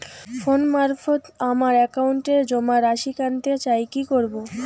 Phone মারফত আমার একাউন্টে জমা রাশি কান্তে চাই কি করবো?